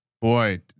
Boy